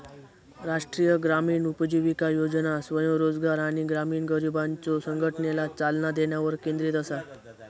राष्ट्रीय ग्रामीण उपजीविका योजना स्वयंरोजगार आणि ग्रामीण गरिबांच्यो संघटनेला चालना देण्यावर केंद्रित असा